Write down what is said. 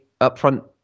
upfront